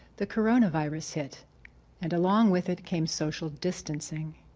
the coronavirus it and along with it came social distancing.